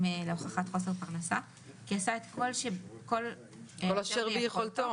להוכחת חוסר פרנסה "כי עשה את כל אשר ביכולתו,